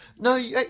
No